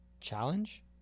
challenge